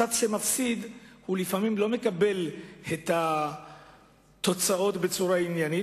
הצד שמפסיד לפעמים לא מקבל את התוצאות בצורה עניינית,